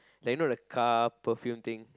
like you know the car perfume thing